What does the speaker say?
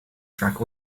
track